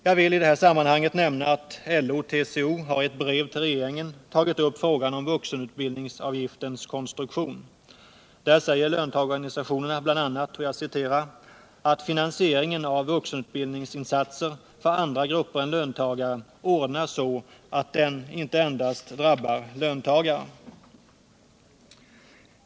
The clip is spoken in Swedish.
Jag vill i det här sammanhanget nämna att LO och TCO har i ett brev till regeringen tagit upp frågan om vuxenutbildningsavgiftens konstruktion. Där säger löntagarorganisationerna bl.a. ”att finansieringen av vuxenutbildningsinsatser för andra grupper än löntagare ordnas så att den inte endast drabbar löntagare”.